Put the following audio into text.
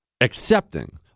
accepting